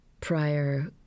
prior